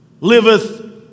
liveth